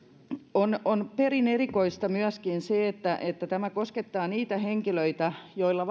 on on perin erikoista myöskin se että että tämä koskettaa niitä henkilöitä joilla